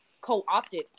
co-opted